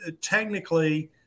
technically